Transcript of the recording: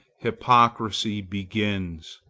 hypocrisy begins.